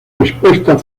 respuesta